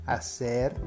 Hacer